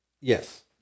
Yes